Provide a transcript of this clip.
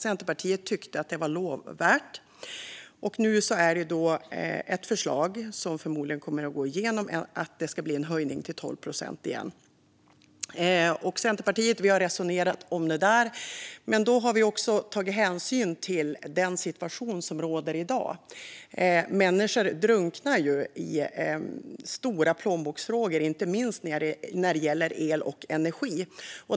Centerpartiet tyckte att det var lovvärt. Nu finns det ett förslag, som förmodligen kommer att gå igenom, att det ska bli en höjning till 12 procent igen. Vi har resonerat om det i Centerpartiet och tagit hänsyn till den situation som råder i dag. Människor drunknar i stora plånboksfrågor, inte minst när det gäller el och energi.